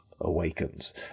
awakens